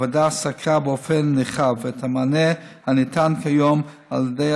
הוועדה סקרה באופן נרחב את המענה הניתן כיום על ידי